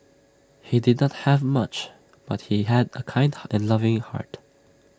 he did not have much but he had A kind and loving heart